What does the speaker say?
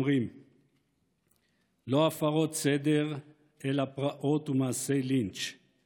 לא אומרים הפרות סדר אלא פרעות ומעשי לינץ';